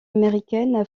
américaine